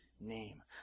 name